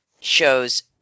shows